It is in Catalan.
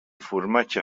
formatge